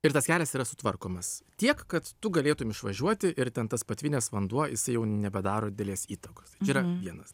ir tas kelias yra sutvarkomas tiek kad tu galėtumi išvažiuoti ir ten tas patvinęs vanduo jisai jau nebedaro didelės įtakos tai čia yra vienas